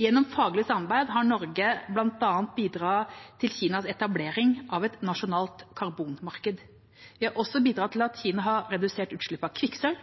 Gjennom faglig samarbeid har Norge bl.a. bidratt til Kinas etablering av et nasjonalt karbonmarked. Vi har også bidratt til at Kina har redusert utslippene av kvikksølv,